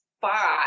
five